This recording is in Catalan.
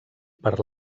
per